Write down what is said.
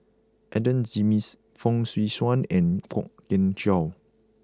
Adan Jimenez Fong Swee Suan and Kwok Kian Chow